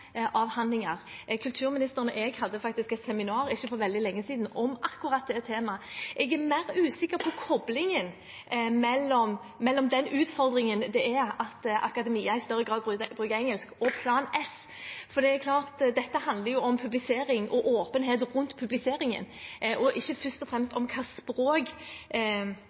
Kulturministeren og jeg hadde faktisk et seminar for ikke lenge siden om akkurat det temaet. Jeg er mer usikker på koblingen mellom den utfordringen det er at akademia i større grad bruker engelsk, og Plan S, for dette handler om publisering og åpenhet rundt publiseringen og ikke først og fremst om hvilket språk